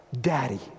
Daddy